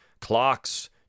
clocks